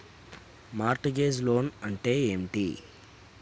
Mart gauge loan అంటే ఏమిటి?